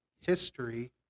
history